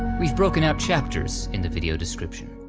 we've broken out chapters in the video description.